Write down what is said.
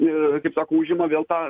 ir kaip sakoma užima vėl tą